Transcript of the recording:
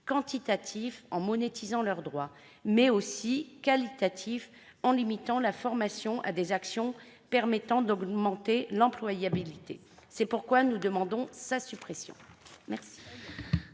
quantitatif, en monétisant leurs droits, et qualitatif, en limitant la formation à des actions permettant d'accroître l'employabilité. C'est pourquoi nous demandons sa suppression.